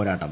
പോരാട്ടം